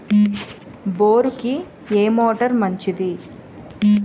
బోరుకి ఏ మోటారు మంచిది?